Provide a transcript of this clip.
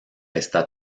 está